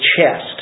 chest